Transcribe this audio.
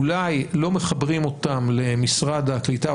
אולי לא מחברים אותם למשרד הקליטה,